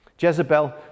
Jezebel